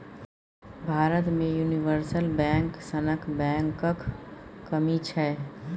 भारत मे universal bank सनक बैंकक कमी छै